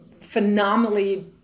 phenomenally